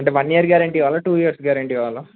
అంటే one year guarantee కావాలా two years guarantee కావాలా